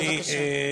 בבקשה.